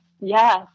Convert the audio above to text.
yes